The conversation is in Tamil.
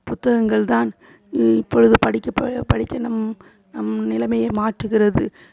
புத்தகங்கள் தான் இப்பொழுது படிக்க ப படிக்க நம் நம் நிலைமையை மாற்றுகிறது